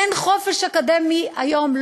אין חופש אקדמי היום,